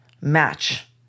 match